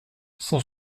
cent